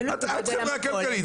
את חברה כלכלית.